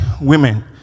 women